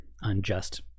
unjust